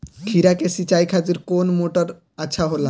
खीरा के सिचाई खातिर कौन मोटर अच्छा होला?